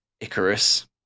Icarus